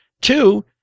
two